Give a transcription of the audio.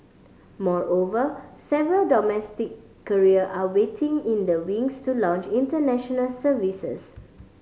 moreover several domestic carrier are waiting in the wings to launch international services